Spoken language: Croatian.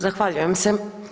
Zahvaljujem se.